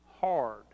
hard